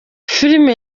filime